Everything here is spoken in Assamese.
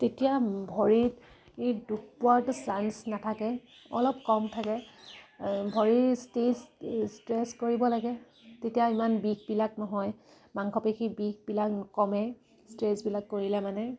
তেতিয়া ভৰিত দুখ পোৱাটো চান্স নাথাকে অলপ কম থাকে ভৰিৰ ষ্টেজ ষ্ট্ৰেছ কৰিব লাগে তেতিয়া ইমান বিষবিলাক নহয় মাংসপেশী বিষবিলাক কমে ষ্ট্ৰেছবিলাক কৰিলে মানে